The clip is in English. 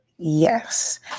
Yes